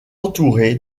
entouré